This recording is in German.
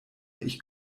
ich